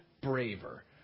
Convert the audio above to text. braver